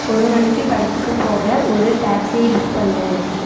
ஒரு மணிக்கு படத்துக்கு போக ஒரு டாக்ஸியை புக் பண்ணு